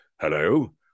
Hello